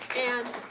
and